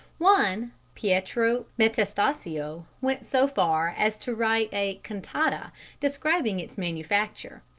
one, pietro metastasio, went so far as to write a cantata describing its manufacture.